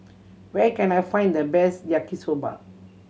where can I find the best Yaki Soba